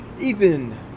Ethan